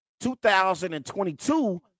2022